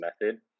method